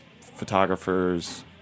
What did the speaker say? photographers